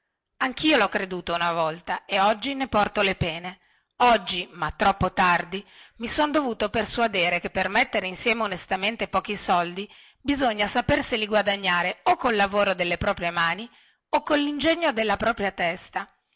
anchio lho creduto una volta e oggi ne porto le pene oggi ma troppo tardi mi son dovuto persuadere che per mettere insieme onestamente pochi soldi bisogna saperseli guadagnare o col lavoro delle proprie mani o collingegno della propria testa